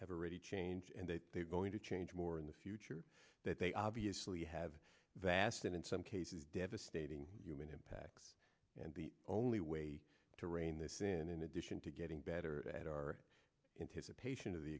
have already changed and they are going to change more in the future that they obviously have vast and in some cases devastating human impacts and the only way to rein this in in addition to getting better at our it is a patient of the